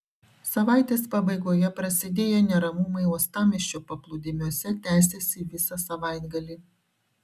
savaitės pabaigoje prasidėję neramumai uostamiesčio paplūdimiuose tęsėsi visą savaitgalį